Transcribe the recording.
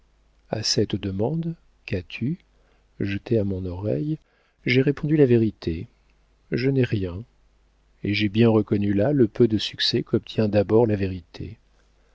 a cette demande qu'as-tu jetée à mon oreille j'ai répondu la vérité je n'ai rien et j'ai bien reconnu là le peu de succès qu'obtient d'abord la vérité